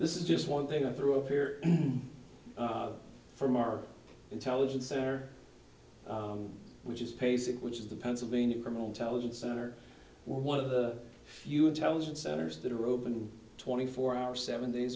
this is just one thing i threw up here from our intelligence center which is pacing which is the pennsylvania criminal intelligence center one of the few intelligence centers that are open twenty four hour seven days